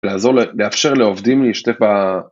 לעזור, לאפשר לעובדים להשתתף ב